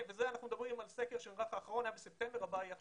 אנחנו מדברים על סקר אחרון שנערך בספטמבר והבא יהיה בנובמבר.